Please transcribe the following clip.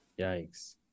Yikes